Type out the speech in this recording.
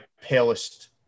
palest